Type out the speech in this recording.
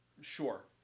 Sure